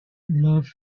love